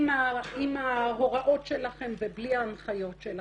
עם ההוראות שלכם ובלי ההנחיות שלכם,